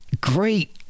great